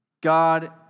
God